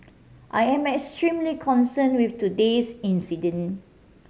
I am extremely concern with today's incident